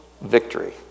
victory